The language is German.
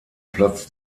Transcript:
platz